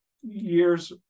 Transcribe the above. years